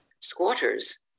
squatters